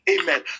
Amen